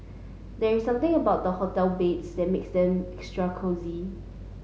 there is something about hotel beds that makes them extra cosy